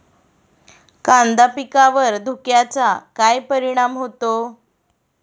कांदा पिकावर धुक्याचा काय परिणाम होतो?